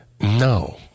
No